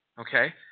Okay